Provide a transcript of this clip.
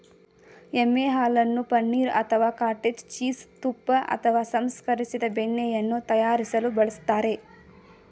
ಎಮ್ಮೆ ಹಾಲನ್ನು ಪನೀರ್ ಅಥವಾ ಕಾಟೇಜ್ ಚೀಸ್ ತುಪ್ಪ ಅಥವಾ ಸಂಸ್ಕರಿಸಿದ ಬೆಣ್ಣೆಯನ್ನು ತಯಾರಿಸಲು ಬಳಸ್ತಾರೆ